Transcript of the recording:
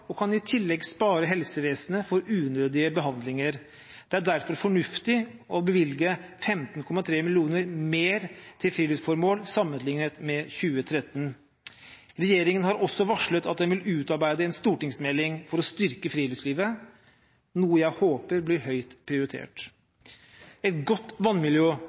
og kan i tillegg spare helsevesenet for unødige behandlinger. Det er derfor fornuftig å bevilge 15,3 mill. kr mer til friluftsformål sammenlignet med 2013. Regjeringen har også varslet at den vil utarbeide en stortingsmelding for å styrke friluftslivet, noe jeg håper blir høyt prioritert. Et godt vannmiljø